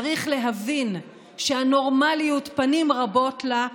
צריך להבין שהנורמליות, פנים רבות לה.